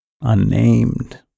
unnamed